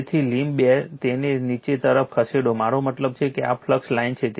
તેથી લીમ્બ તેને નીચે તરફ ખસેડો મારો મતલબ છે કે આ ફ્લક્સ લાઇન છે